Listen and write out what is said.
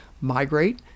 migrate